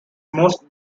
most